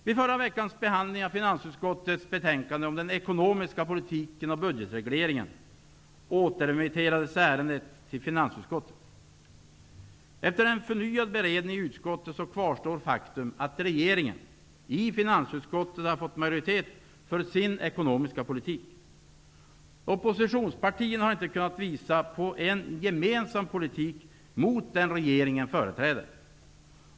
Vid förra veckans behandling av finansutskottets betänkande om den ekonomiska politiken och budgetregleringen återremitterades ärendet till finansutskottet. Efter den förnyade beredningen i utskottet kvarstår faktum att regeringen, i finansutskottet, har majoritet för sin ekonomiska politik. Oppositionspartierna har inte kunnat visa på en gemensam politik gentemot den politik som regeringen företräder.